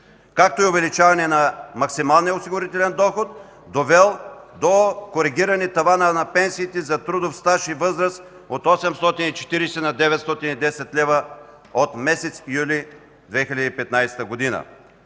г.; увеличаване на максималния осигурителен доход, довел до коригиране тавана на пенсиите за трудов стаж и възраст от 840 на 910 лв. от месец юли 2015 г.;